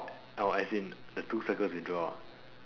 uh as in the two circles you draw ah